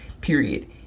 period